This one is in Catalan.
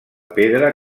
pedra